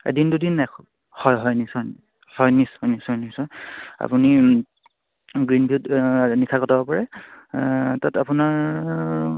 এদিন দুদিন হয় হয় নিশ্চয় হয় নিশ্চয় নিশ্চয় নিশ্চয় আপুনি গ্ৰীণ ভিউত নিশা কটাব পাৰে তাত আপোনাৰ